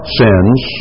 sins